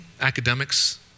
academics